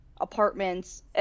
apartments